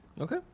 Okay